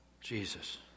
Jesus